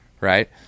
right